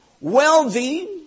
wealthy